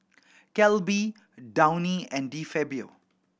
Calbee Downy and De Fabio